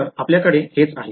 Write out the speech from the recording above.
तर आपल्याकडे हेच आहे